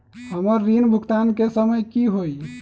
हमर ऋण भुगतान के समय कि होई?